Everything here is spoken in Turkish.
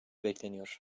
bekleniyor